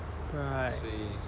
right